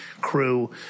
crew